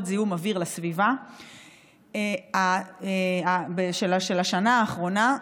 זיהום אוויר לסביבה של השנה האחרונה,